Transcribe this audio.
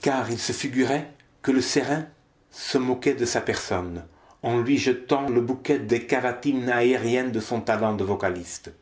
car il se figurait que le serin se moquait de sa personne en lui jetant le bouquet des cavatines aériennes de son talent de vocaliste